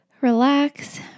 relax